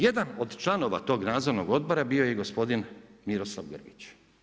Jedan od članova tog Nadzornog odbora bio je i gospodin Miroslav Grgić.